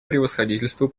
превосходительству